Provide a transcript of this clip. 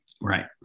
Right